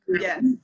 Yes